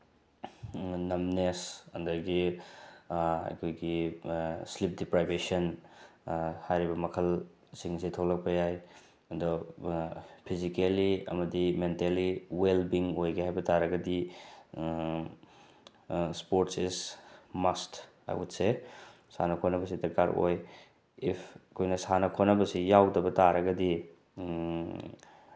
ꯅꯝꯅꯦꯁ ꯑꯗꯒꯤ ꯑꯩꯈꯣꯏꯒꯤ sleep deprivation ꯍꯥꯏꯔꯤꯕ ꯃꯈꯜꯁꯤꯡꯁꯤ ꯊꯣꯛꯂꯛꯄ ꯌꯥꯏ ꯑꯗꯣ ꯐꯤꯖꯤꯀꯦꯜꯂꯤ ꯑꯃꯗꯤ ꯃꯦꯟꯇꯦꯜꯂꯤ ꯋꯦꯜ ꯕꯤꯡ ꯑꯣꯏꯒꯦ ꯍꯥꯏꯕ ꯇꯥꯔꯒꯗꯤ ꯏꯁꯄꯣꯔꯁꯦꯁ ꯃꯁ ꯑꯥꯏ ꯋꯨꯠ ꯁꯦ ꯁꯥꯟꯅ ꯈꯣꯠꯅꯕꯁꯤ ꯗꯔꯀꯥꯔ ꯑꯣꯏ ꯏꯐ ꯑꯩꯈꯣꯏꯅ ꯁꯥꯟꯅ ꯈꯣꯠꯅꯕꯁꯤ ꯌꯥꯎꯗꯕ ꯇꯥꯔꯒꯗꯤ